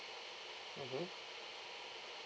mmhmm